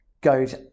goes